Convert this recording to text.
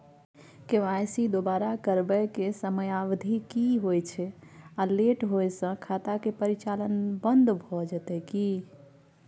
KYC दोबारा करबै के समयावधि की होय छै आ लेट होय स खाता के परिचालन बन्द भ जेतै की?